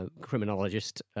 criminologist